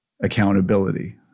accountability